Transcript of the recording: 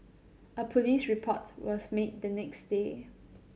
a police report was made the next day